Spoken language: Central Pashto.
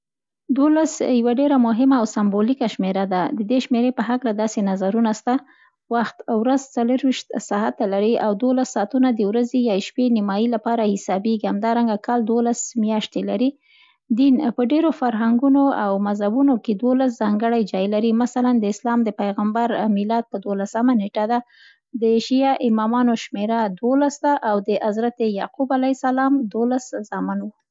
دولس یوه ډېره مهمه او سمبولیکه شمېره ده. د دې شمېرې په هکله داسې نظرونه سته. وخت: ورځ څلوروشت ساعته لري او دولس ساعتونه د ورځې یا شپې د نیمایي لپاره حسابېږي همدارنګه کال دولس مياشتې لري. دين: په ډېرو فرهنګونو او مذهبونو کې، دولس ځانګړی جای لري. مثلا، د اسلام د پیغمبر میلاد په دولسمه نېټه ده، د شعیه امامانو شمېره دولس ده او د حضرت یعقوب ع دولس زامن وو.